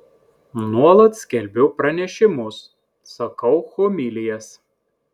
nuolat skelbiu pranešimus sakau homilijas